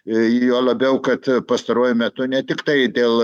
juo labiau kad pastaruoju metu ne tiktai dėl